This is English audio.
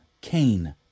Cain